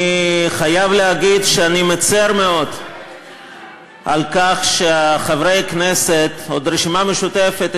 אני חייב להגיד שאני מצר מאוד על כך שחברי הכנסת את הרשימה המשותפת,